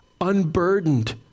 unburdened